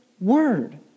word